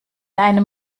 einem